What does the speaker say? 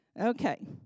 Okay